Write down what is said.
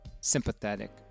sympathetic